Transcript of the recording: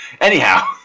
Anyhow